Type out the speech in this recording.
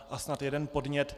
A snad jeden podnět.